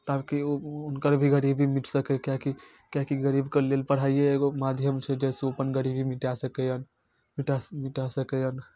ताकि हुनकर भी गरीबी मिट सकय किएकि किएकि गरीबके लेल पढ़ाइए एगो माध्यम छै जाहिसँ ओ अपन गरीबी मिटा सकैए मिटा मिटा सकैए